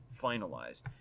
finalized